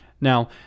Now